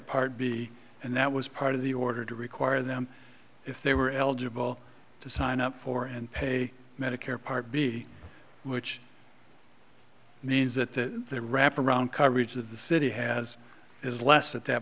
part b and that was part of the order to require them if they were eligible to sign up for and pay medicare part b which means that their wrap around coverage of the city has is less at that